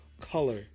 color